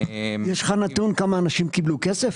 יש לך נתון כמה אנשים קיבלו כסף?